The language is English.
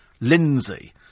Lindsay